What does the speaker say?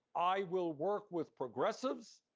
i will work with progressives,